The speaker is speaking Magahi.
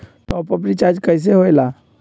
टाँप अप रिचार्ज कइसे होएला?